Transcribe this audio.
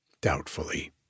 Doubtfully